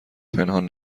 پنهان